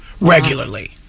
regularly